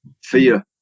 fear